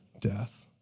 death